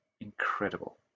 incredible